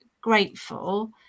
grateful